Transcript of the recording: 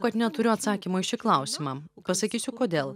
kad neturiu atsakymo į šį klausimą pasakysiu kodėl